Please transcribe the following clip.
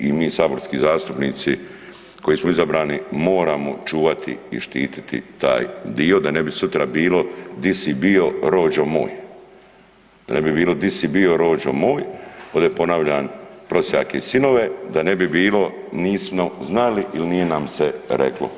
I mi saborski zastupnici koji smo izabrani moramo čuvati i štititi taj dio, da ne bi sutra bilo „gdje si bio rođo moj“, da ne bi bilo „gdje si bio rođo moj“ ovdje ponavljam „Prosjake i sinove“ da ne bi bilo nismo znali ili nije nam se reklo.